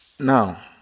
Now